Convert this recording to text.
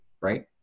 right